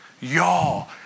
y'all